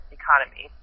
economy